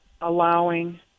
allowing